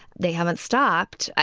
they haven't stopped.